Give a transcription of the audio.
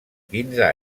quinze